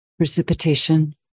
Precipitation